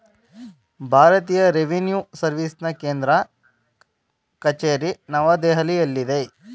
ಭಾರತೀಯ ರೆವಿನ್ಯೂ ಸರ್ವಿಸ್ನ ಕೇಂದ್ರ ಕಚೇರಿ ನವದೆಹಲಿಯಲ್ಲಿದೆ